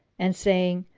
and saying,